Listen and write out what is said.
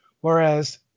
Whereas